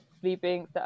sleeping